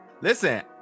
Listen